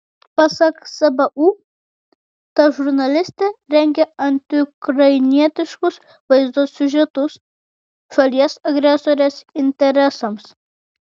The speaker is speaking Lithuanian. pasak sbu ta žurnalistė rengė antiukrainietiškus vaizdo siužetus šalies agresorės interesams